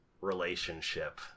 relationship